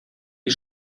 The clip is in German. wie